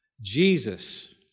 Jesus